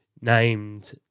named